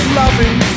loving